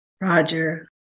Roger